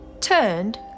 turned